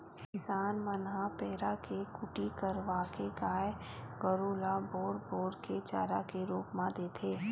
किसान मन ह पेरा के कुटी करवाके गाय गरु ल बोर बोर के चारा के रुप म देथे